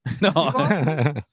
No